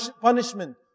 punishment